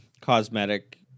cosmetic